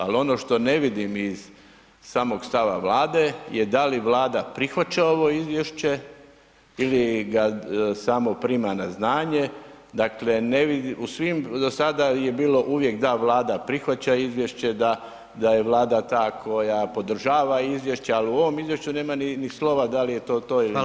Ali ono što ne vidim iz samog stava Vlade je da li Vlada prihvaća ovo izvješće ili ga samo prima na znanje, dakle ne vidim, u svim do sada je bilo uvijek da Vlada prihvaća izvješće, da je Vlada ta koja podržava izvješće, ali u ovom izvješću nema ni slova da li je to to ili nije.